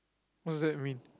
what's that mean